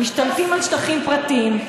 משתלטים על שטחים פרטיים,